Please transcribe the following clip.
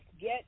get